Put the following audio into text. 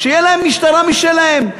תהיה להם משטרה משלהם,